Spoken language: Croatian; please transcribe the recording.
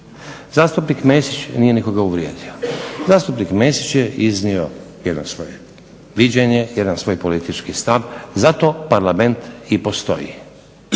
Zastupnik Mesić nije nikoga uvrijedio, zastupnik Mesić je iznio jedno svoje viđenje, jedan svoj politički stav. Zato Parlament i postoji,